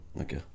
Okay